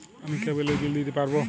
আমি কেবলের বিল দিতে পারবো?